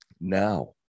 now